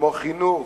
כמו חינוך,